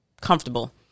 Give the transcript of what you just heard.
comfortable